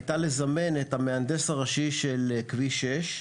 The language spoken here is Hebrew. הייתה לזמן את המהנדס הראשי של כביש 6,